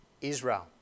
Israel